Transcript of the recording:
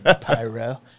pyro